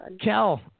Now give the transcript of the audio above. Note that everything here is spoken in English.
Kel